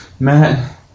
Matt